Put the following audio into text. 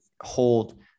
hold